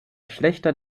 schlechter